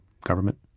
government